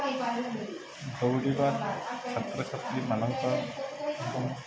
ଧୌଡ଼ିବା ଛାତ୍ରଛାତ୍ରୀ ମାନଙ୍କ ଏବଂ